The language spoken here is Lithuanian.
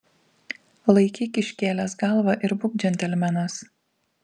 laikyk iškėlęs galvą ir būk džentelmenas